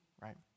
right